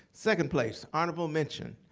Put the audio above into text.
second place, honorable mention.